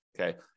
Okay